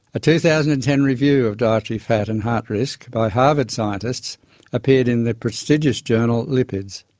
a two thousand and ten review of dietary fat and heart risk by harvard scientists appeared in the prestigious journal lipids.